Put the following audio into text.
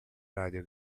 radio